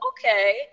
okay